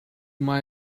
might